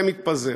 זה מתפזר.